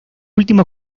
último